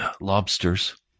lobsters